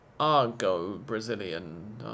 Argo-Brazilian